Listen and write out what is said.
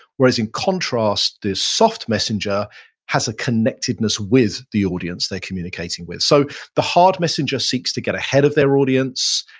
whereas in contrast, this soft messenger has a connectedness with the audience they're communicating with. so the hard messenger seeks to get ahead of their audience,